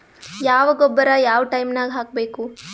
ಯಾವ ಗೊಬ್ಬರ ಯಾವ ಟೈಮ್ ನಾಗ ಹಾಕಬೇಕು?